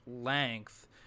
length